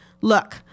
look